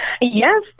Yes